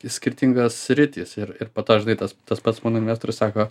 skirtingos sritys ir ir po to žinai tas tas pats mano investorius sako